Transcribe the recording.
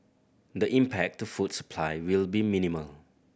the impact to food supply will be minimal